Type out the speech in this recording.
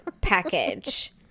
package